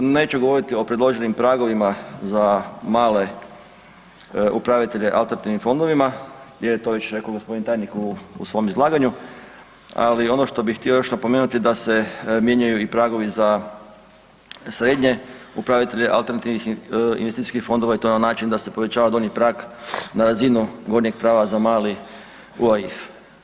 Neću govoriti o predloženim pragovima i za male upravitelje alternativnim fondovima jer to je već rekao gospodin tajnik u svom izlaganju, ali ono što bih htio još napomenuti da se mijenjaju i pragovi za srednje upravitelje alternativnih investicijskih fondova i to na način da se povećava donji prag na razinu gornjeg praga za mali UAIF.